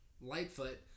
Lightfoot